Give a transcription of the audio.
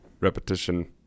repetition